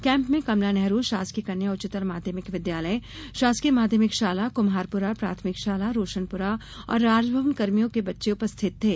camp में कमला नेहरू शासकीय कन्या उच्चतर माध्यमिक विद्यालय शामा शाला कुम्हारपुरा प्राथमिक शाला रोशनपुरा और राजभवन कर्मियों के बच्चे उपस्थित थे